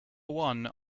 one